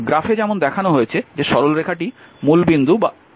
গ্রাফে যেমন দেখানো হয়েছে যে সরলরেখাটি মূলবিন্দুর মধ্য দিয়ে যাচ্ছে